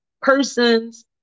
person's